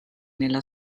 nella